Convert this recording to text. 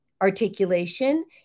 articulation